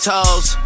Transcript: Toes